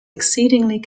exceedingly